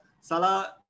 Salah